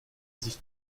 sich